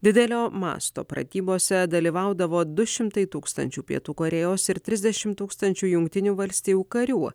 didelio masto pratybose dalyvaudavo du šimtai tūkstančių pietų korėjos ir trisdešim tūkstančių jungtinių valstijų karių